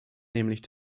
nämlich